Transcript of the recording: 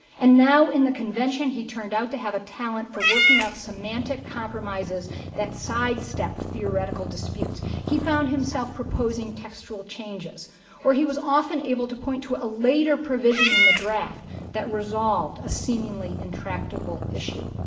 and now in the convention, he turned out to have a talent for working out semantic compromises that sidestep theoretical disputes. he found himself proposing textual changes or he was often able to point to a later provision in the draft that resolved a seemingly intractable issue.